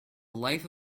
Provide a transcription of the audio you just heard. life